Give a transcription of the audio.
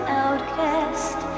outcast